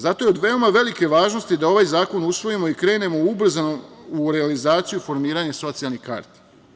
Zato je od veoma velike važnosti da ovaj zakon usvojimo i krenemo ubrzano u realizaciju formiranje socijalnih karti.